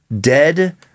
Dead